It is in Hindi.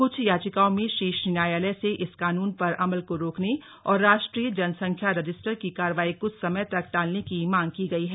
कुछ याचिकाओं में शीर्ष न्यायालय से इस कानून पर अमल को रोकने और राष्ट्रीय जनसंख्या रजिस्टर की कार्यवाही कुछ समय तक टालने की मांग की गई है